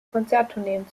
konzerttourneen